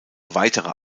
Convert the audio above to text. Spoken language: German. weitere